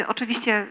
Oczywiście